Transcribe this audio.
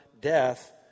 death